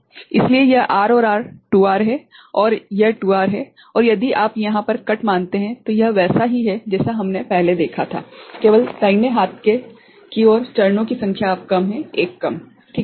इसलिए यह R और R - 2R है और यह 2R है और यदि आप यहां पर कट मानते हैं तो यह वैसा ही है जैसा हमने पहले देखा था केवल दाहिने हाथ की ओर चरणों की संख्या अब कम है एक कम ठीक है